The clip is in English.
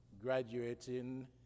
graduating